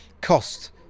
cost